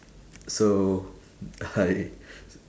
so I